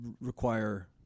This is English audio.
require